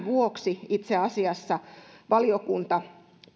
vuoksi itse asiassa valiokunta